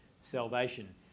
salvation